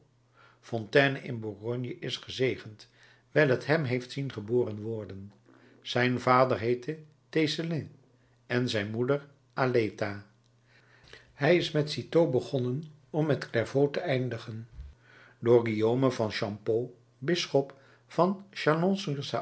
fontaines in bourgogne is gezegend wijl t hem heeft zien geboren worden zijn vader heette tecelin en zijn moeder aleta hij is met citeaux begonnen om met clairvaux te eindigen door guillaume van champeaux bisschop van